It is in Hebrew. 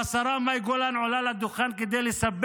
והשרה מאי גולן עולה לדוכן כדי לספר